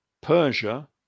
Persia